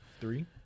Three